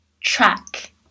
Track